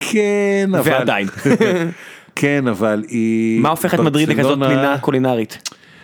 כן אבל ועדיין כן אבל היא מה הופך את מדריד לכזאת פינה קולינרית